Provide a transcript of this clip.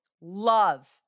love